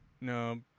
No